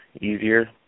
easier